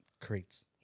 Creates